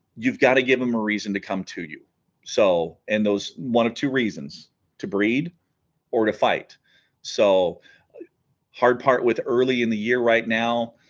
you've got to give him a reason to come to you so and those one of two reasons to breed or to fight so hard part with early in the year right now